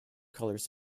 colors